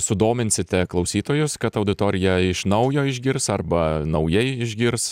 sudominsite klausytojus kad auditorija iš naujo išgirs arba naujai išgirs